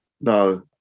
No